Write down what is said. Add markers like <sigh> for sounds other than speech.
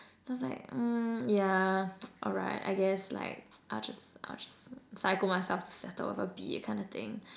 so I was like mm yeah <noise> alright I guess like I'll just I'll just psycho myself to settle with a B that kind of thing